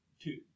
two